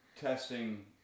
testing